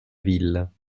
ville